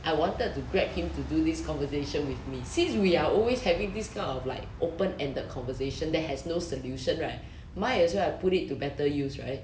I wanted to grab him to do this conversation with me since we are always having this kind of like open ended conversation that has no solution right might as well I put it to better use right